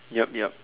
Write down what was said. yup yup